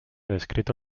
descrito